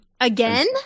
Again